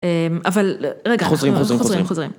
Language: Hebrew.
אבל רגע, חוזרים, חוזרים, חוזרים.